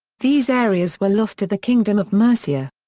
these areas were lost to the kingdom of mercia.